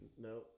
No